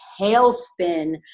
tailspin